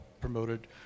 promoted